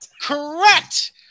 Correct